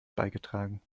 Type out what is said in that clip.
beigetragen